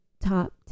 top